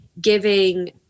giving